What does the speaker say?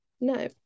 no